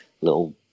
little